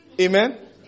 Amen